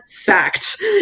fact